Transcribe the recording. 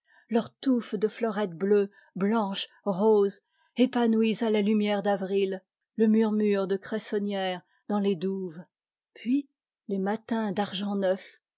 leurs touffes de fleurettes bleues blanches roses épanouies à la lumière d'avril le murmure des cressonnières dans les douves puis les matins d'argent neuf